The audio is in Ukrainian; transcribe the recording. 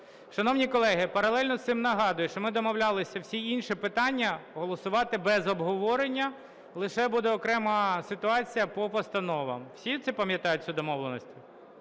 Шановні колеги, паралельно з цим нагадую, що ми домовлялися всі інші питання голосувати без обговорення, лише буде окрема ситуація по постановам. Всі це пам'ятають, цю домовленість?